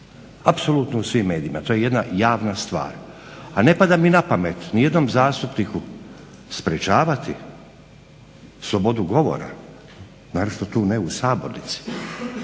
apsolutno u svim medijima. To je jedan javna stvar. A ne pada mi na pamet nijednom zastupniku sprečavati slobodu govora, naročito ne tu u sabornici.